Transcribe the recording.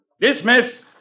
Dismiss